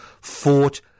fought